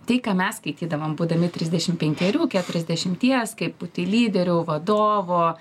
tai ką mes skaitydavom būdami trisdešim penkerių keturiasdešimties kaip būti lyderiu vadovo